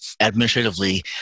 administratively